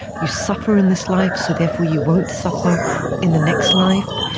you suffer in this life so therefore you won't suffer in the next life.